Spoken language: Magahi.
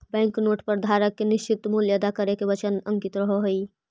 बैंक नोट पर धारक के निश्चित मूल्य अदा करे के वचन अंकित रहऽ हई